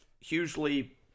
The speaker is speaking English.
hugely